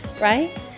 right